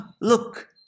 look